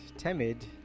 Timid